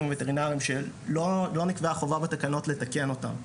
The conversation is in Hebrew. הווטרינריים שלא נקבעה חובה בתקנות לתקן אותם.